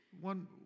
One